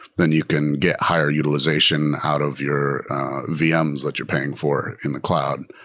then you can get higher utilization out of your vms that you're paying for in the cloud.